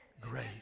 great